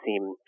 seem